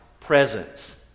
presence